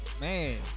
man